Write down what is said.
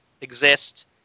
exist